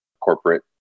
corporate